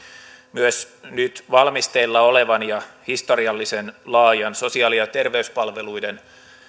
myös nyt valmisteilla olevan ja historiallisen laajan sosiaali ja terveyspalveluiden